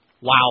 Wow